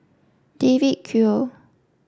David Kwo